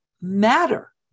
matter